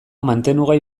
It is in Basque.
mantenugai